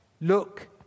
Look